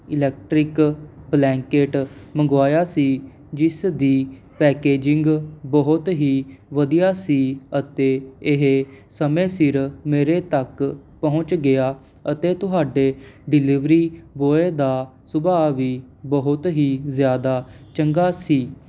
electric blanket ਮੰਗਵਾਇਆ ਸੀ ਜਿਸ ਦੀ ਪੈਕੇਜਿੰਗ ਬਹੁਤ ਹੀ ਵਧੀਆ ਸੀ ਅਤੇ ਇਹ ਸਮੇਂ ਸਿਰ ਮੇਰੇ ਤੱਕ ਪਹੁੰਚ ਗਿਆ ਅਤੇ ਤੁਹਾਡੇ ਡਿਲੀਵਰੀ ਬੋਏ ਦਾ ਸੁਭਾਅ ਵੀ ਬਹੁਤ ਹੀ ਜ਼ਿਆਦਾ ਚੰਗਾ ਸੀ